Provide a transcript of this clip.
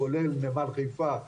כולל נמל חיפה,